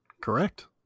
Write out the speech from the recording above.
Correct